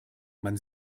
man